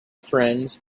friends